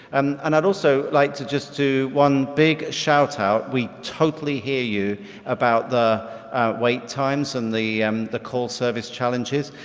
and and i'd also like to just do one big shout out we totally hear you about the wait times and the um the call service challenges,